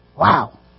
Wow